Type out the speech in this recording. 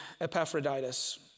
Epaphroditus